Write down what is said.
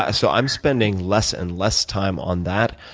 ah so i'm spending less and less time on that,